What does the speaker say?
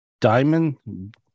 diamond